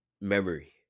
memory